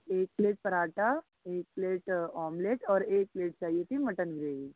एक प्लेट परांठा एक प्लेट आमलेट और एक प्लेट चाहिए थी मटन बिरयानी